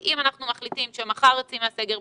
אם אנחנו מחליטים שמחר יוצאים מהסגר,